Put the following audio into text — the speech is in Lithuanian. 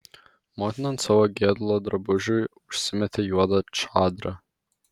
motina ant savo gedulo drabužių užsimetė juodą čadrą